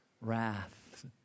wrath